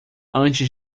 antes